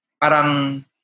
parang